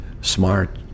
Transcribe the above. smart